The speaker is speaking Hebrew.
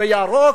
בירוק,